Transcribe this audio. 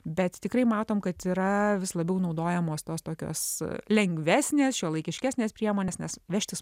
bet tikrai matom kad yra vis labiau naudojamos tos tokios lengvesnės šiuolaikiškesnės priemonės nes vežtis